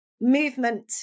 movement